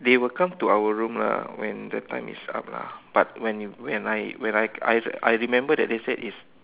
they will come to our room lah when the time is up lah but when you when I when I I I remember that they said is